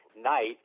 night